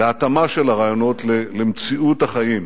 להתאמה של הרעיונות למציאות החיים,